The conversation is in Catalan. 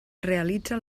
realitza